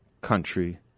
country